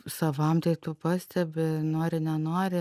savam tai tu pastebi nori nenori